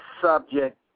subject